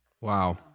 Wow